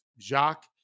Jacques